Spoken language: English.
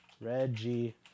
Reggie